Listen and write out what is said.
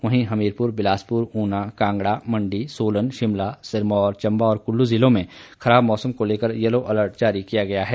वहीं हमीरपुर बिलासपुर उना कांगड़ा मंडी सोलन शिमला सिरमौर चंबा और कुल्लू जिलों में खराब मौसम को लेकर येलो अलर्ट जारी किया है